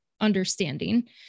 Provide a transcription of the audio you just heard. understanding